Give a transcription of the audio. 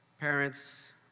Parents